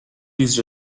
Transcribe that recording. used